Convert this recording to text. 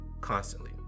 constantly